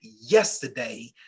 yesterday